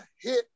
hit